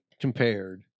compared